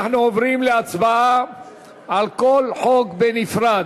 אנחנו עוברים להצבעה על כל חוק בנפרד.